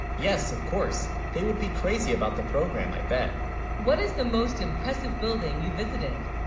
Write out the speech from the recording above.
yes of course they, would be crazy, about the program i bet what is the most impressive building you visited